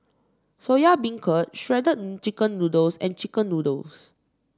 Soya Beancurd Shredded Chicken Noodles and chicken noodles